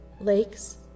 lakes